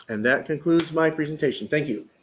and that concludes my presentation thank you.